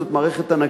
זאת מערכת ענקית,